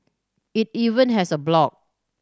it even has a blog